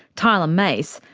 tyler mace,